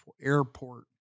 Airport